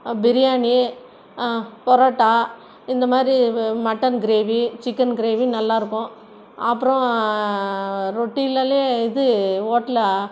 பிரியாணி பரோட்டா இந்த மாதிரி mutton gravy chicken gravy நல்லா இருக்கும் அப்புறம் ரொட்டிலாலே இது ஹோட்டலு